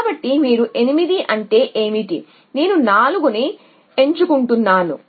కాబట్టి మీరు 8 అంటే ఏమిటి నేను 4 ని ఎంచుకుంటాను